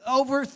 over